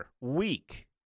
weak